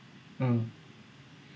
mm